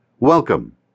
welcome